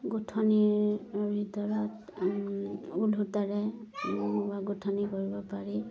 গোঁঠনিৰ ভিতৰত ওধোতাৰে বা গোঁঠনি কৰিব পাৰি